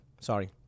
Sorry